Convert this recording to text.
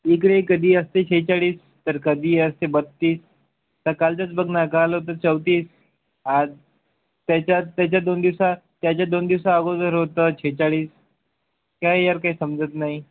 इकडे कधी असते सेहेचाळीस तर कधी असते बत्तीस तं कालचंच बघ ना काल होतं चौतीस आज त्याच्यात त्याच्या दोन दिवसा त्याच्या दोन दिवसाअगोदर होतं सेहेचाळीस काय यार काही समजत नाही